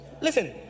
Listen